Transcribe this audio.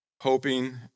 hoping